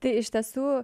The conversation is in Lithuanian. tai iš tiesų